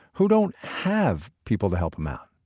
who don't have people to help them out?